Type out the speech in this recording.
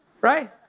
Right